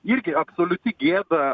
irgi absoliuti gėda